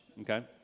okay